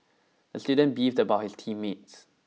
the student beefed about his team mates